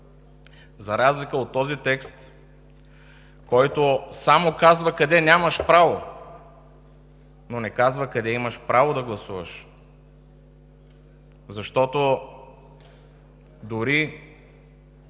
за разлика от този текст, който само казва къде нямаш право, но не казва къде имаш право да гласуваш. Защото дори